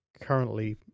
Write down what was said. currently